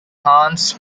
hans